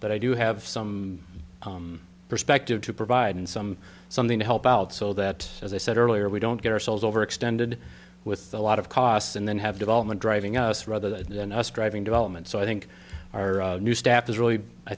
but i do have some perspective to provide in some something to help out so that as i said earlier we don't get ourselves overextended with a lot of costs and then have development driving us rather that us driving development so i think our new staff is really i